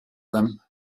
them